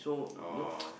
oh